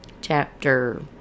chapter